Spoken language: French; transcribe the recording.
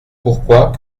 pourquoi